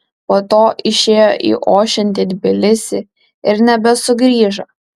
po to išėjo į ošiantį tbilisį ir nebesugrįžo